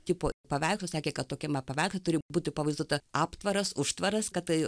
tipo paveikslus sakė kad tokiame paveiksle turi būti pavaizduota aptvaras užtvaras kad tai